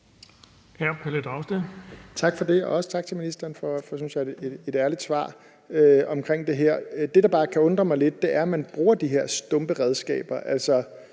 Pelle Dragsted (EL): Tak for det, og også tak til ministeren for et ærligt, synes jeg, svar om det her. Det, der bare kan undre mig lidt, er, at man bruger de her stumpe redskaber,